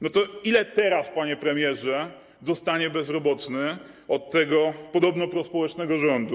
No to ile teraz, panie premierze, dostanie bezrobotny od tego podobno prospołecznego rządu?